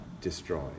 destroyed